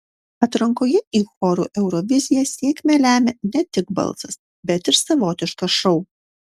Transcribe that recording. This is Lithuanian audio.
atrankoje į chorų euroviziją sėkmę lemia ne tik balsas bet ir savotiškas šou